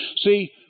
See